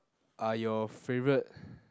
are your favourite